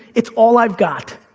it's all i've got.